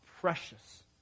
precious